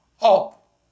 up